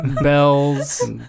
bells